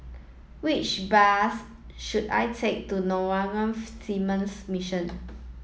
which bus should I take to Norwegian Seamen's Mission